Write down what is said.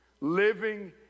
living